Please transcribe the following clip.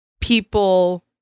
people